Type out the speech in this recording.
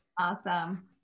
Awesome